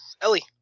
Ellie